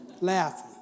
laughing